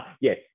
Yes